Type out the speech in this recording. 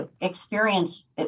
experience